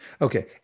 Okay